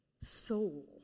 soul